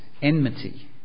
enmity